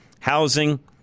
housing